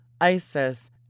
Isis